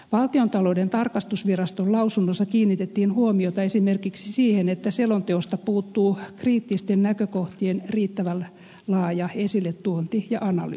valtiontalouden tarkastusviraston lausunnossa kiinnitettiin huomiota esimerkiksi siihen että selonteosta puuttuu kriittisten näkökohtien riittävän laaja esille tuonti ja analyysi